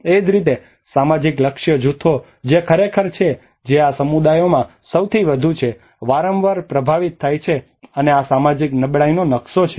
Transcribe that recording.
એ જ રીતે સામાજિક લક્ષ્ય જૂથો જે ખરેખર છે જે આ સમુદાયોમાં સૌથી વધુ છે જે વારંવાર પ્રભાવિત થાય છે અને આ સામાજિક નબળાઈનો નકશો છે